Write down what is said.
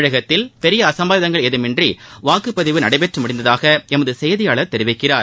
தமிழகத்தில் பெரிய அசம்பாவிதங்கள் ஏதுமின்றி வாக்குப்பதிவு நடைபெற்று முடிந்ததாக எமது செய்தியாளர் தெரிவிக்கிறார்